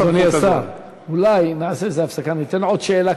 אדוני השר, אולי נעשה איזו הפסקה וניתן עוד שאלה.